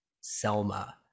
selma